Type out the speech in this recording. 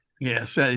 Yes